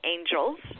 Angels